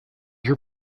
your